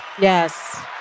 Yes